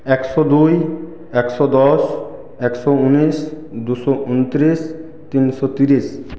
একশো দুই একশো দশ একশো উনিশ দুশো উনত্রিশ তিনশো তিরিশ